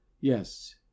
Yes